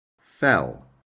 Fell